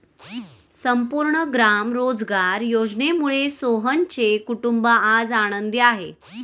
संपूर्ण ग्राम रोजगार योजनेमुळे सोहनचे कुटुंब आज आनंदी आहे